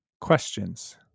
Questions